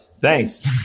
thanks